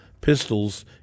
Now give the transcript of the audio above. pistols